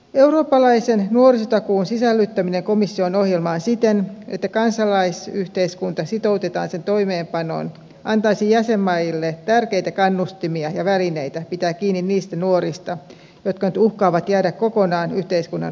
eurooppalaisen nuorisotakuun sisällyttäminen komission ohjelmaan siten että kansalaisyhteiskunta sitoutetaan sen toimeenpanoon antaisi jäsenmaille tärkeitä kannustimia ja välineitä pitää kiinni niistä nuorista jotka nyt uhkaavat jäädä kokonaan yhteiskunnan ulkopuolelle